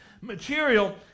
material